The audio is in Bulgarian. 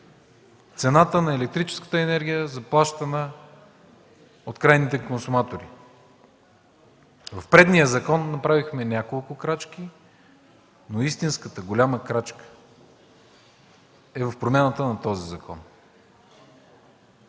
цената на електрическата енергия, заплащана от крайните консуматори. А в предния закон направихме няколко крачки, но истинската голяма крачка е в промяната на този закон.